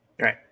Right